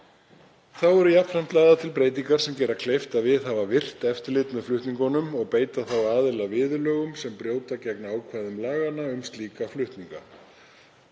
Þá eru jafnframt lagðar til breytingar sem gera kleift að viðhafa virkt eftirlit með flutningunum og beita þá aðila viðurlögum sem brjóta gegn ákvæðum laganna um slíka flutninga.